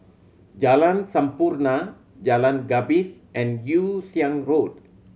Jalan Sampurna Jalan Gapis and Yew Siang Road